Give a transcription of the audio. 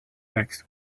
next